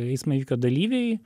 eismo įvykio dalyviai